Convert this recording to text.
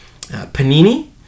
Panini